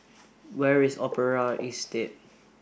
where is Opera Estate